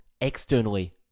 externally